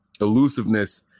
elusiveness